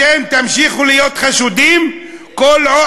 אתם תמשיכו להיות חשודים כל עוד,